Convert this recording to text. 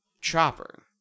chopper